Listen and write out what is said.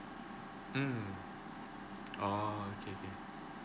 mm okay K